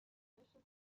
delicious